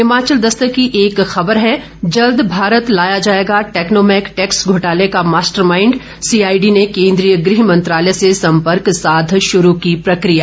हिमाचल दस्तक की एक खबर है जल्द भारत लाया जाएगा टेक्नोमैक टैक्स घोटाले का मास्टरमाइंड सीआईडी ने केंद्रीय गृह मंत्रालय से संपर्क साध शुरू की प्रकिया